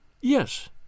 Yes